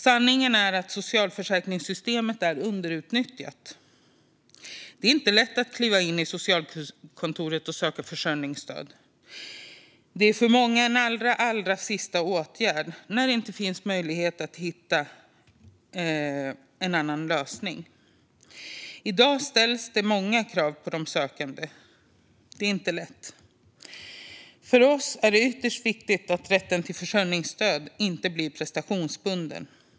Sanningen är att socialförsäkringssystemet är underutnyttjat. Det är inte lätt att kliva in på socialkontoret och söka försörjningsstöd. Det är för många en allra sista åtgärd när det inte finns möjlighet att hitta en annan lösning. I dag ställs det många krav på de sökande. Det är inte lätt. För oss är det ytterst viktigt att rätten till försörjningsstöd inte blir prestationsbunden.